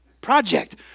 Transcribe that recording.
project